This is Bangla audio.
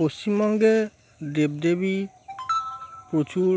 পশ্চিমবঙ্গে দেবদেবী প্রচুর